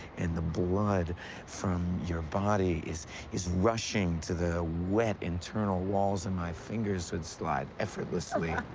and the blood from your body is is rushing to the wet internal walls, and my fingers would slide effortlessly